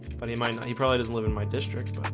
but he might not he probably doesn't live in my district, but